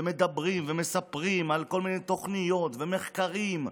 ומדברים ומספרים על כל מיני תוכניות ומחקרים,